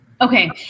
okay